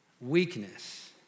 Weakness